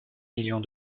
millions